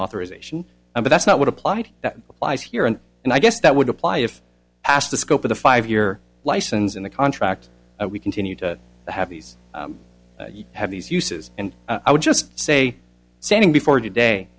authorization and that's not what applied that applies here and and i guess that would apply if asked the scope of the five year licens in the contract we continue to have these have these uses and i would just say standing before today